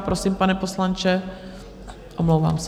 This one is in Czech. Prosím, pane poslanče, omlouvám se.